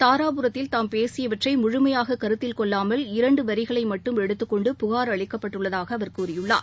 தாராபுரத்தில் தாம் பேசியவற்றை முழுமையாக கருத்தில் கொள்ளாமல் இரண்டு வரிகளை மட்டும் எடுத்துக் கொண்டு புகார் அளிக்கப்பட்டுள்ளதாக அவர் கூறியுள்ளார்